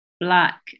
black